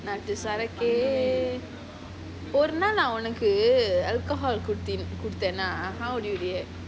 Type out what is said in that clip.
நாட்டு சரக்கே ஒரு நாள் நான் உனக்கு:nattu sarakae oru naal naan unnaku alcohol குடுத்தேனா:kuduthaenaa how do you react